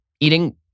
Eating